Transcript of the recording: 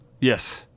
Yes